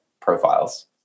profiles